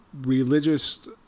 religious